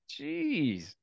Jeez